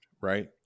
right